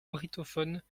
brittophones